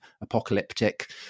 apocalyptic